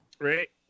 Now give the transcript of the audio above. right